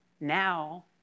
Now